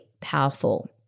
powerful